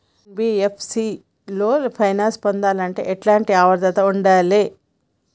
NBFC లో finance పొందాలంటే ఎట్లాంటి అర్హత ఉండాలే?